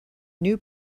new